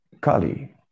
Kali